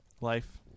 life